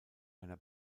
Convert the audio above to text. einer